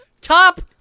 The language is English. Top